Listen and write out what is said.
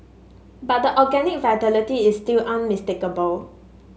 but the organic vitality is still unmistakable